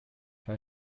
her